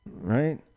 Right